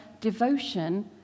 devotion